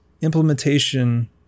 implementation